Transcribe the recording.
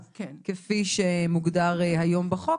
כפי שמוגדר היום בחוק.